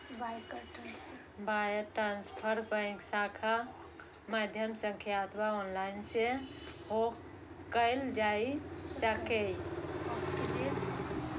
wire transfer bank शाखाक माध्यम सं अथवा ऑनलाइन सेहो कैल जा सकैए